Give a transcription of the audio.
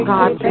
God